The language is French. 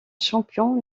champion